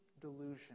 delusion